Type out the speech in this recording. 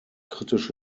kritisch